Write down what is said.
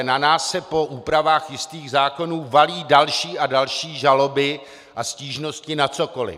Na nás se po úpravách jistých zákonů valí další a další žaloby a stížnosti na cokoli.